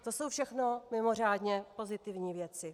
To jsou všechno mimořádně pozitivní věci.